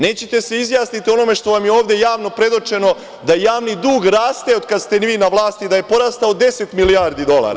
Nećete da se izjasnite o onome što vam je ovde javno predočeno da javni dug raste od kada ste vi na vlasti, da je porastao 10 milijardi dolara.